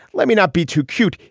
let me not be too cute.